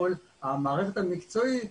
מול המערכת המקצועית,